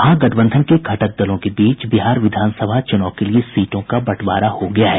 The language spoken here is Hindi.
महागठबंधन के घटक दलों के बीच बिहार विधानसभा चुनाव के लिए सीटों का बंटवारा हो गया है